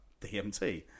DMT